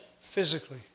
physically